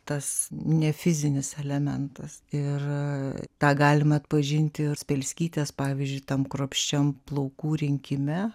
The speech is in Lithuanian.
tas ne fizinis elementas ir tą galima atpažinti ir bielskytės pavyzdžiui tam kruopščiam plaukų rinkime